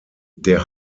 der